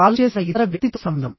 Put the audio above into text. call చేసిన ఇతర వ్యక్తితో సంబంధం